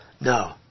No